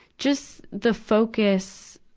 just the focus,